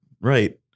Right